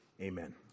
Amen